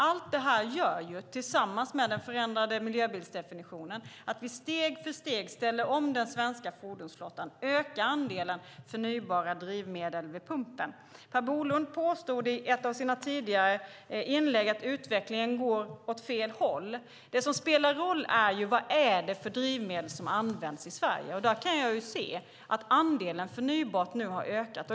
Allt detta tillsammans med den förändrade miljöbilsdefinitionen gör att vi steg för steg ställer om den svenska fordonsflottan och ökar andelen förnybara drivmedel vid pumpen. Per Bolund påstod i ett av sina tidigare inlägg att utvecklingen går åt fel håll. Det som spelar roll är vilka drivmedel som används i Sverige. Där kan jag se att andelen förnybart har ökat.